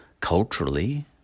culturally